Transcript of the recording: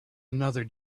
another